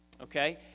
okay